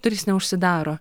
durys neužsidaro